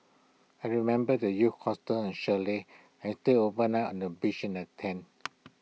I remember the youth hostels and chalets and stay overnight on the beach in A tent